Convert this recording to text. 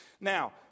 Now